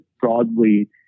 broadly